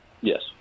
Yes